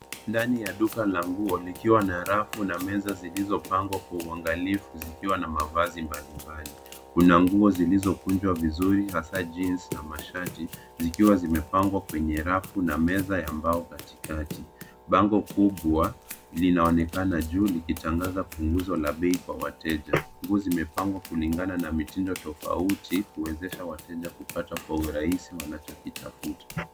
Ndani ya duka la nguo nikiwa na rafu na meza zilizopangwa kwa uangalifu zikiwa na mavazi mbalimbali, kuna nguo zilizokunjwa vizuri hasa jinsi na masharti zikiwa zimepangwa kwenye rafu na meza ya mbao katikati , bango kubwa linaonekana juu likitangaza punguzo la bei kwa wateja ,nguo zimepangwa kulingana na mitindo tofauti kuwezesha wateja kupata kwa urahisi wanachokitafuta.